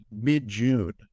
mid-June